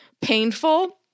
painful